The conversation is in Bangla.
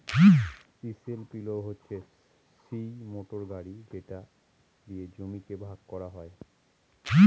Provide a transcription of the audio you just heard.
চিসেল পিলও হচ্ছে সিই মোটর গাড়ি যেটা দিয়ে জমিকে ভাগ করা হয়